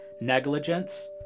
negligence